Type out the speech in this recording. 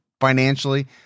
financially